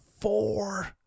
four